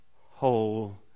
whole